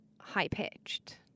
high-pitched